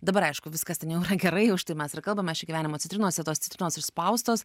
dabar aišku viskas ten jau yra gerai užtai mes ir kalbame šį gyvenimo citrinose tos citrinos išspaustos